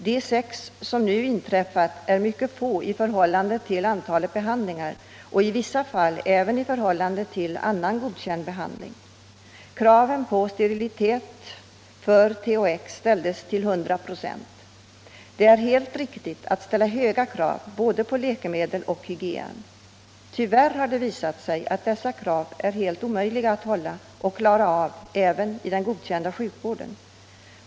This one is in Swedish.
De sex infektioner som nu inträffat är mycket få i förhållande till antalet behandlingar och i vissa fall även i förhållande till annan, godkänd behandling. Kraven på sterilitet ställdes för THX till 100 926. Det är helt riktigt att man ställer höga krav både på läkemedel och på hygien. Tyvärr har det visat sig att det är helt omöjligt att upprätthålla dessa krav, även i den godkända sjukvården.